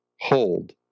Hold